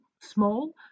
small